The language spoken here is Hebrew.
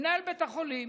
מנהל בית החולים,